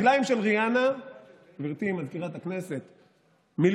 יש כמה שבגלל שאני ממפלגת הציונות הדתית אני אדלג עליהם,